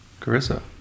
Carissa